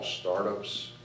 startups